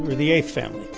the eighth family.